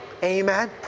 Amen